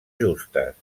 justes